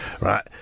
Right